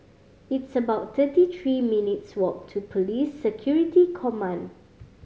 it's about thirty three minutes' walk to Police Security Command